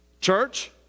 church